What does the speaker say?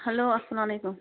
hello اسلام علیکُم